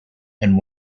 and